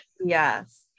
Yes